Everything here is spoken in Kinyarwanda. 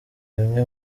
bimwe